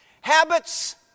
habits